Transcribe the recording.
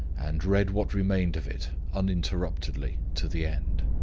and read what remained of it uninterruptedly to the end